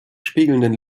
spiegelnden